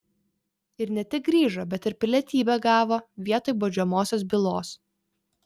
ir ne tik grįžo bet ir pilietybę gavo vietoj baudžiamosios bylos